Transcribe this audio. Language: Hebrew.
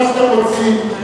רוחמה אברהם,